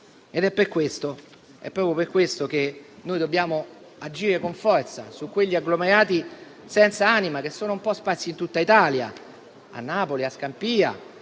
È proprio per questo che noi dobbiamo agire con forza su quegli agglomerati senza anima che sono un po' spazi in tutta Italia: a Napoli con Scampia,